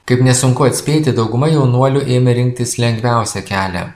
kaip nesunku atspėti dauguma jaunuolių ėmė rinktis lengviausią kelią